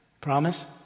Promise